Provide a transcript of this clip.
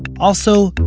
also,